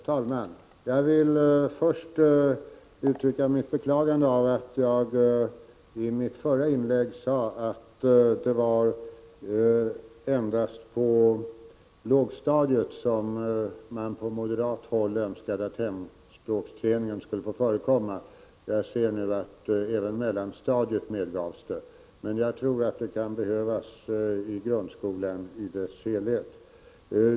Herr talman! Jag vill först uttrycka mitt beklagande av att jag i mitt förra inlägg sade att det endast var på lågstadiet som man på moderat håll önskade att hemspråksträningen skulle få förekomma. Jag ser nu att det medgavs även för mellanstadiet. Jag tror dock att den kan behövas i grundskolan i dess helhet.